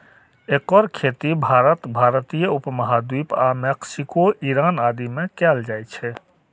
एकर खेती भारत, भारतीय उप महाद्वीप आ मैक्सिको, ईरान आदि मे कैल जाइ छै